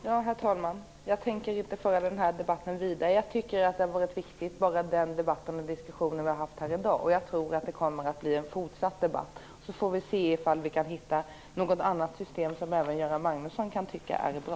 Herr talman! Jag tänker inte föra den här debatten vidare. Den diskussion - och debatt - som vi har haft här i dag har varit viktig, och jag tror att det kommer att bli en fortsatt debatt. Då får vi se om vi kan hitta något annat system som även Göran Magnusson kan tycka är bra.